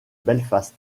belfast